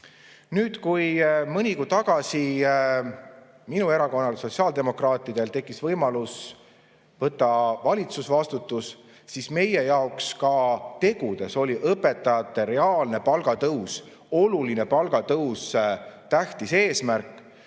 Nüüd, kui mõni kuu tagasi minu erakonnal, sotsiaaldemokraatidel tekkis võimalus võtta valitsusvastutus, oli meie jaoks ka tegudes õpetajate palgatõus, olulisel määral palgatõus tähtis eesmärk.